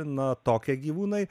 na tokie gyvūnai